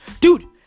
dude